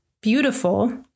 beautiful